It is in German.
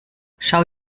schau